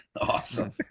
awesome